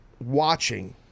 watching